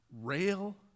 rail